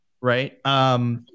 right